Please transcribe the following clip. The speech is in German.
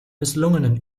misslungenen